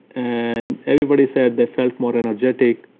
and everybody said they felt more energetic,